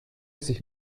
sich